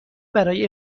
برای